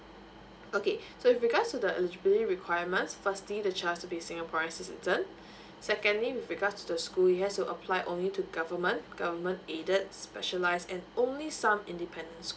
okay so with regards to the eligibility requirements firstly the child has to be singaporean citizen secondly with regards to the school he has to apply only to government government aided specialise and only some independent